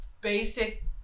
basic